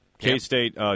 K-State